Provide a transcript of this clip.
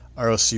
ROC